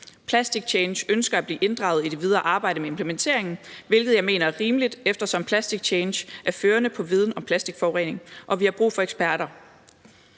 Plastic Change ønsker at blive inddraget i det videre arbejde med implementeringen, hvilket jeg mener er rimeligt, eftersom Plastic Change er førende på viden om plastikforurening og vi har brug for eksperter.